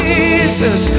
Jesus